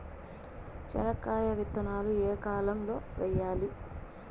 చెనక్కాయ విత్తనాలు ఏ కాలం లో వేయాలి?